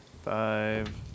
five